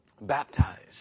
baptized